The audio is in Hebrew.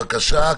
בבקשה,